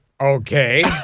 Okay